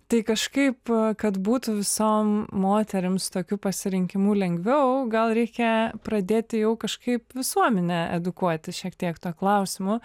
tai kažkaip kad būtų visom moterim su tokiu pasirinkimu lengviau gal reikia pradėti jau kažkaip visuomenę edukuoti šiek tiek tuo klausimu